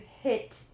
hit